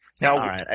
Now